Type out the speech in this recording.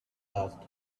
asked